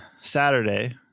Saturday